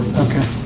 okay.